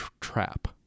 trap